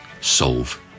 solve